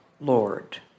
Lord